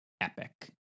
epic